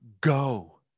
go